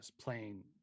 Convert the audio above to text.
playing